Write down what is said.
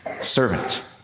servant